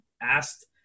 asked –